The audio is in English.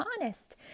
honest